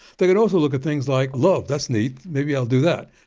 they could also look at things like love that's neat, maybe i'll do that.